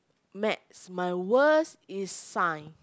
maths my worst is science